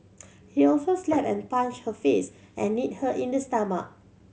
he also slapped and punched her face and kneed her in the stomach